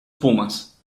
pumas